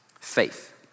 Faith